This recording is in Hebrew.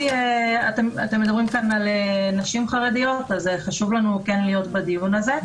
אתם מדברים כאן על נשים חרדיות אז חשוב לנו כן להיות בדיון הזה.